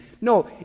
No